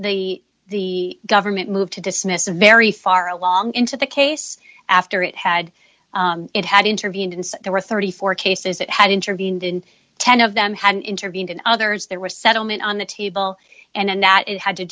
the the government moved to dismiss a very far along into the case after it had it had intervened and there were thirty four cases that had intervened in ten of them had intervened and others there were settlement on the table and that it had to